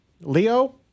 Leo